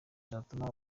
zatuma